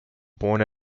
born